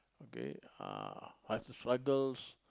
okay uh what's the struggles